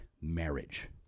Marriage